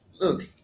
look